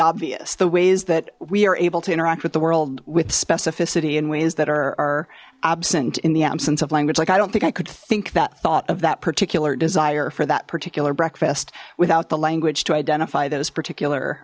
obvious the ways that we are able to interact with the world with specificity in ways that are absent in the absence of language like i don't think i could think that thought of that particular desire for that particular breakfast without the language to identify those particular